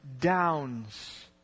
downs